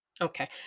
Okay